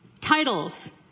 titles